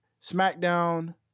SmackDown